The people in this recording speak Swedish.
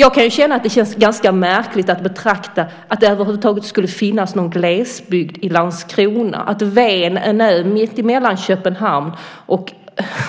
Jag kan ju känna att det är ganska märkligt att betrakta att det över huvud taget skulle finnas någon glesbygd i Landskrona - att Ven, en ö mittemellan Köpenhamn och